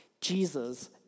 Jesus